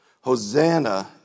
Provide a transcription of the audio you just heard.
Hosanna